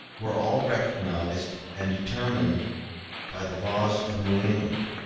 were all recognized and determined by the laws of new england